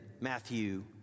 Matthew